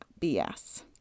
BS